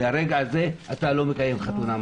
מרגע זה אתה לא מקיים חתונה מחר.